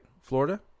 florida